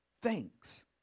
thanks